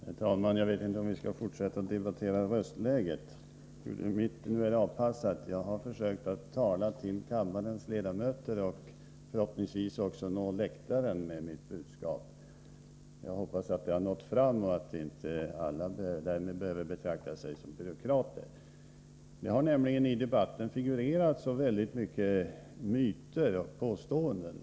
Herr talman! Jag vet inte om vi skall fortsätta att debattera röstläget. Jag försökte tala till kammarens ledamöter och förhoppningsvis också nå läktaren med mitt budskap. Jag hoppas att det har nått fram och att inte alla därmed behöver betrakta sig som byråkrater. Det har figurerat så väldigt många myter och påståenden i debatten.